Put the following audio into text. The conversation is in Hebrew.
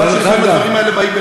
חבל שלפעמים הדברים האלה באים בכוח.